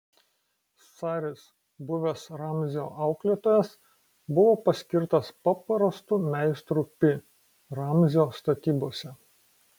saris buvęs ramzio auklėtojas buvo paskirtas paprastu meistru pi ramzio statybose